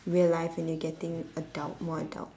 real life when you're getting adult more adult